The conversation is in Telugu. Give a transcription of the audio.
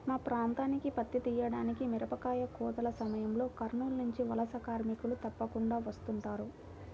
మా ప్రాంతానికి పత్తి తీయడానికి, మిరపకాయ కోతల సమయంలో కర్నూలు నుంచి వలస కార్మికులు తప్పకుండా వస్తుంటారు